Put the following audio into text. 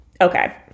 Okay